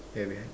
ya wait ah